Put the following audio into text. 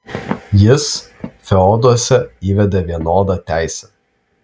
jis feoduose įvedė vienodą teisę